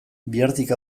bihartik